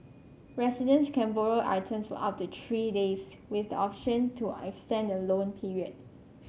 residents can borrow items for up to three days with the option to extend the loan period